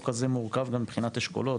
לא כזה מורכב גם מבחינת אשכולות.